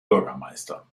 bürgermeister